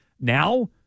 Now